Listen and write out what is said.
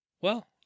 Well-